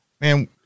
man